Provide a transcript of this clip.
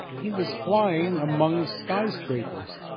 he was flying among skyscrapers.